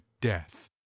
death